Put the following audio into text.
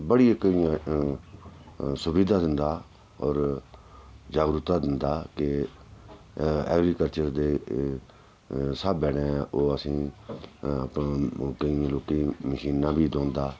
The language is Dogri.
बड़ी इक इयां सुविधा दिंदा होर जागरुकता दिंदा कि ऐग्रीकल्चर दे स्हाबै न ओह् असेंगी केईं लोकें गी मशीनां बी दोआंदा